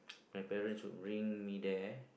my parents would bring me there